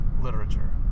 literature